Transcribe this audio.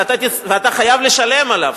ואתה חייב לשלם עליו,